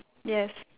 yes